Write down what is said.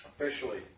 Officially